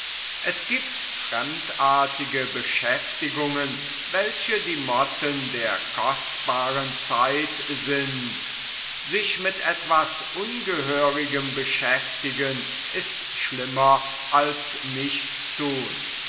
es giebt fremdartige beschäftigungen welche die motten der kostbaren zeit sind sich mit etwas ungehörigem beschäftigen ist schlimmer als nichtsthun